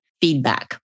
feedback